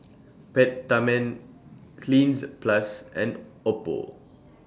Peptamen Cleanz Plus and Oppo